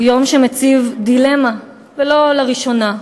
הוא יום שמציב דילמה, ולא לראשונה.